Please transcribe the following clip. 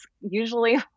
usually